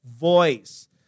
voice